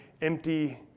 empty